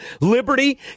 liberty